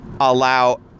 allow